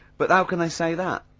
but how can they say that?